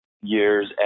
years